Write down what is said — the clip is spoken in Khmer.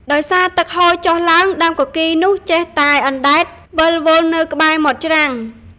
ដោយសារទឹកហូរចុះឡើង ដើមគគីរនោះចេះតែអណ្តែតវិលវល់នៅក្បែរមាត់ច្រាំង។